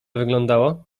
wyglądało